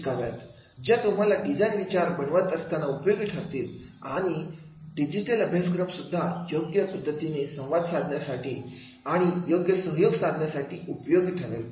ज्या तुम्हाला डिझाईन विचार बनवत असताना उपयोगी ठरतील आणि डिजिटल अभ्यासक्रम सुद्धा योग्य संवाद साधण्यासाठी आणि योग्य सहयोग साधण्यासाठी उपयोग ठरेल